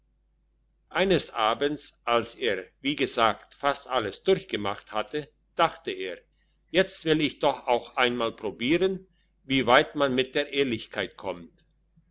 eines abends als er wie gesagt fast alles durchgemacht hatte dachte er jetzt will ich doch auch einmal probieren wie weit man mit der ehrlichkeit kommt